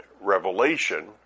revelation